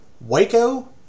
Waco